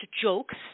jokes